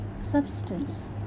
substance